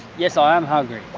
yes i am hungry,